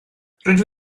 rydw